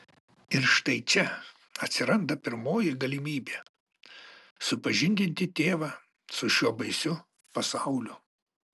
ir štai čia atsiranda pirmoji galimybė supažindinti tėvą su šiuo baisiu pasauliu